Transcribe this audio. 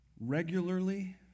regularly